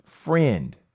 friend